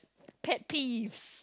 pet peeve